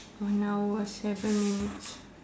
one hour seven minutes